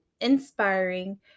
inspiring